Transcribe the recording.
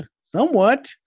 somewhat